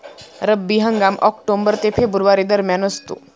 रब्बी हंगाम ऑक्टोबर ते फेब्रुवारी दरम्यान असतो